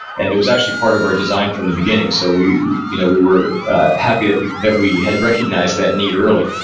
and it was actually part of our design from the beginning. so we you know we were happy that we that we had recognized that need early.